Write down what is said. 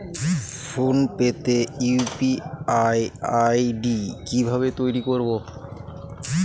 Phone pay তে UPI ID কি ভাবে তৈরি করবো?